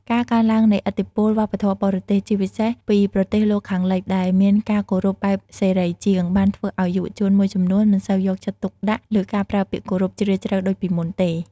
ការកើនឡើងនៃឥទ្ធិពលវប្បធម៌បរទេស ជាពិសេសពីប្រទេសលោកខាងលិច ដែលមានការគោរពបែបសេរីជាង បានធ្វើឱ្យយុវជនមួយចំនួនមិនសូវយកចិត្តទុកដាក់លើការប្រើពាក្យគោរពជ្រាលជ្រៅដូចពីមុនទេ។